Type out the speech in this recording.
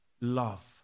Love